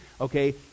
okay